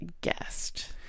guest